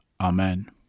Amen